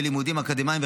בלימודים אקדמיים,